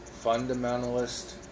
Fundamentalist